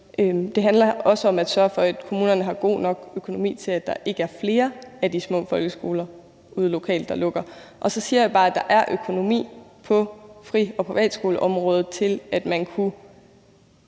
Det handler også om at sørge for, at kommunerne har en god økonomi til, at der ikke er flere af de små folkeskoler ude lokalt, der lukker. Jeg siger så bare, at der på fri- og privatskoleområdet er økonomi til, at man kunne